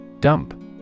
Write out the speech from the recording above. Dump